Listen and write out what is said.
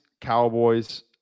Cowboys